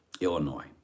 Illinois